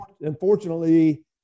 unfortunately